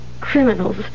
Criminals